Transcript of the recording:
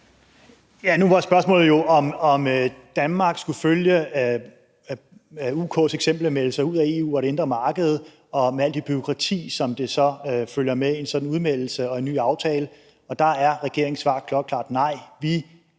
Nu var spørgsmålet jo, om Danmark skulle følge UK's eksempel og melde sig ud af EU og det indre marked og med alt det bureaukrati, som der så følger med en sådan udmeldelse og en ny aftale, og der er regeringens svar klokkeklart: Nej,